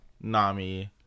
Nami